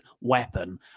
weapon